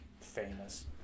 famous